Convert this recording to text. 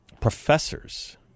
professors